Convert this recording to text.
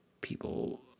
people